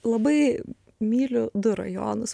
labai myliu du rajonus